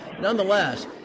nonetheless